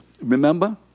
Remember